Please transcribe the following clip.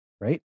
right